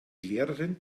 lehrerin